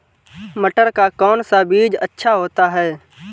मटर का कौन सा बीज अच्छा होता हैं?